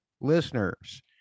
listeners